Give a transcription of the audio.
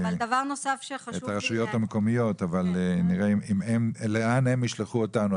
הרשויות המקומיות ונראה לאן הן ישלחו אותנו,